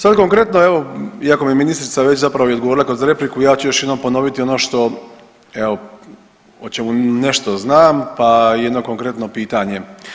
Sad konkretno, iako mi je ministrica već zapravo i odgovorila kroz repliku ja ću još jednom ponoviti ono što evo o čemu nešto znam pa jedno konkretno pitanje.